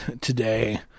today